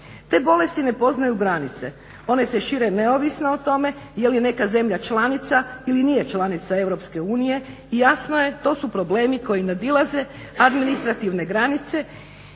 Te bolesti ne poznaju granice, one se šire neovisno o tome je li neka zemlja članica ili nije članica EU i jasno je to su problemi koji nadilaze administrativne granice